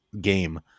game